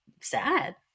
sad